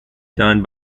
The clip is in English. done